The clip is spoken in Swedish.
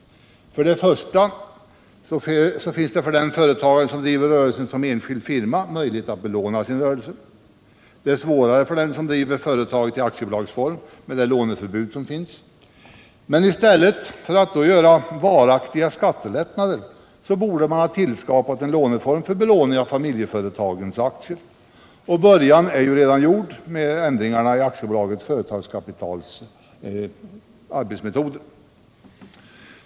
För det första finns det för den företagare som driver rörelsen som enskild firma möjlighet att belåna sin rörelse. Det är svårare för dem som driver företaget i aktiebolagsform med det låneförbud som nu finns. Men i stället för att då införa varaktiga skattelättnader borde man ha tillskapat en låneform för belåning av familjeföretagens aktier. Och början är ju redan gjord i och med ändringarna av AB Företagskapitals arbetsmetoder.